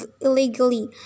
illegally